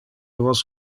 vos